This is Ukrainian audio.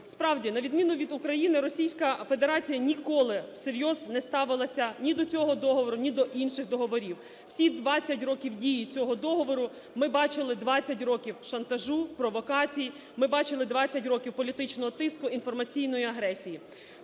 Справді, на відміну від України Російська Федерація ніколи всерйоз не ставилася ні до цього договору, ні до інших договорів. Всі 20 років дії цього договору, ми бачили 20 років шантажу, провокацій, ми бачили 20 років політичного тиску, інформаційної агресії.